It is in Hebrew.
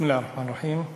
בסם אללה א-רחמאן א-רחים.